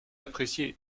appréciée